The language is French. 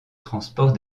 transport